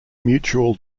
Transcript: mutual